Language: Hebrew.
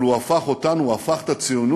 אבל הוא הפך אותנו, הפך את הציונות,